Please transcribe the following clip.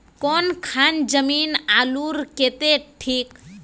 कौन खान जमीन आलूर केते ठिक?